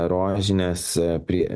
rožinės prie